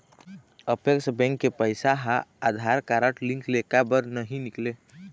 Apex bank के पैसा हा आधार कारड लिंक ले काबर नहीं निकले?